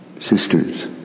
sisters